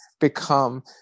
become